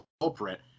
culprit